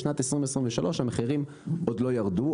בשנת 2023 המחירים עדיין לא ירדו,